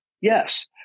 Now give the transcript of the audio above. yes